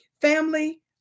family